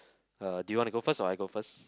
uh do you wanna go first or I go first